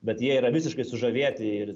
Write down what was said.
bet jie yra visiškai sužavėti ir